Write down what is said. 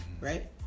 right